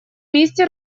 месте